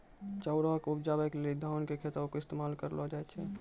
चाउरो के उपजाबै लेली धान के खेतो के इस्तेमाल करलो जाय छै